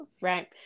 Right